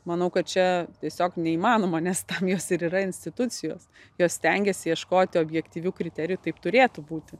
manau kad čia tiesiog neįmanoma nes tam jos ir yra institucijos jos stengiasi ieškoti objektyvių kriterijų taip turėtų būti